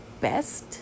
best